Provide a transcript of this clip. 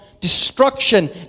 Destruction